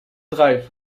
draait